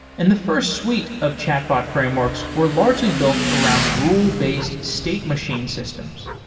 and the first suite of chatbots frameworks were largely built around rule-based state machine systems.